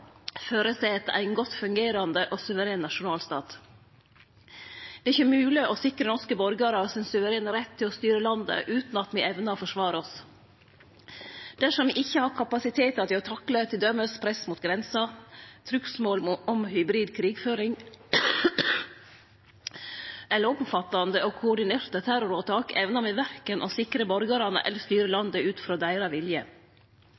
føreset ein godt fungerande og suveren nasjonalstat. Det er ikkje mogleg å sikre norske borgarar sin suverene rett til å styre landet utan at me evnar å forsvare oss. Dersom me ikkje har kapasitetar til å takle t.d. press mot grensa, trugsmål om hybrid krigføring eller omfattande og koordinerte terroråtak, evnar me verken å sikre borgarane eller å styre landet ut frå deira vilje.